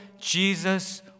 Jesus